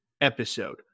episode